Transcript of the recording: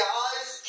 Guys